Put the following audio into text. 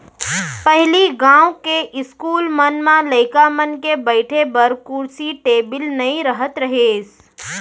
पहिली गॉंव के इस्कूल मन म लइका मन के बइठे बर कुरसी टेबिल नइ रहत रहिस